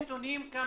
יש נתונים כמה